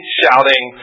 shouting